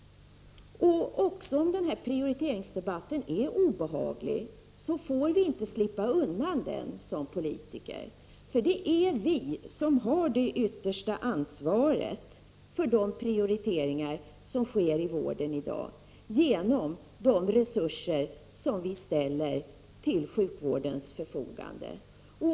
Också om den här prioriteringsdebatten är obehaglig får vi som politiker inte slippa undan den. Det är nämligen vi som har det yttersta ansvaret för de prioriteringar som sker i vården i dag genom de resurser som vi ställer till sjukvårdens förfogande.